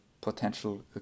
potential